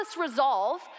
resolve